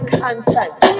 content